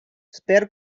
sper